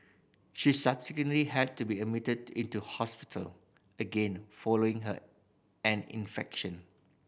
she subsequently had to be admitted into hospital again following her an infection